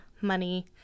money